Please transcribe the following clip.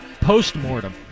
post-mortem